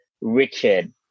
Richard